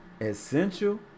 essential